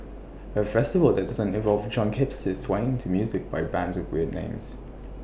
A festival that doesn't involve drunk hipsters swaying to music by bands with weird names